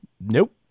Nope